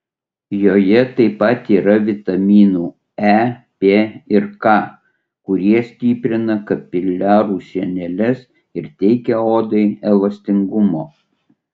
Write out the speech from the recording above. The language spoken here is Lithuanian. joje taip pat yra vitaminų e p ir k kurie stiprina kapiliarų sieneles ir teikia odai elastingumo